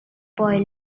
boy